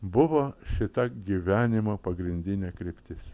buvo šita gyvenimo pagrindinė kryptis